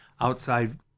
outside